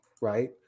right